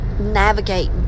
navigate